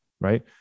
right